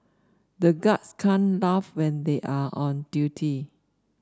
the guards can't laugh when they are on duty